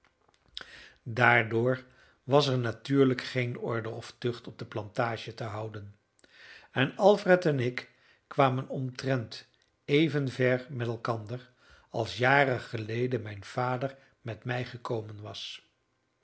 daardoor was er natuurlijk geen orde of tucht op de plantage te houden en alfred en ik kwamen omtrent evenver met elkander als jaren geleden mijn vader met mij gekomen was